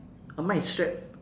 uh mine is strapped